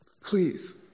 Please